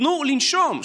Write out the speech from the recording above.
תנו לנשום.